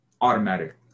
automatic